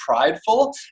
prideful